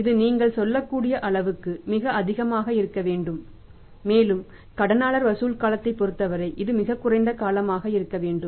இது நீங்கள் சொல்லக்கூடிய அளவுக்கு மிக அதிகமாக இருக்க வேண்டும் மேலும் கடனாளர் வசூல் காலத்தைப் பொருத்தவரை இது மிகக் குறைந்த காலமாக இருக்க வேண்டும்